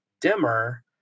dimmer